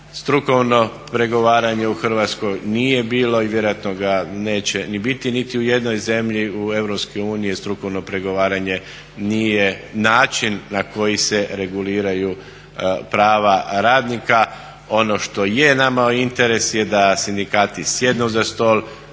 Strukovno pregovaranje u Hrvatskoj nije bilo i vjerojatno ga neće ni biti. Niti u jednoj zemlji u EU strukovno pregovaranje nije način na koji se reguliraju prava radnika. Ono što je nama interes je da sindikati sjednu za stol,